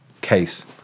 case